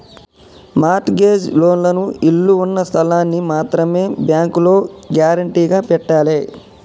mart gauge లోన్లకు ఇళ్ళు ఉన్న స్థలాల్ని మాత్రమే బ్యేంకులో గ్యేరంటీగా పెట్టాలే